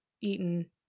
eaten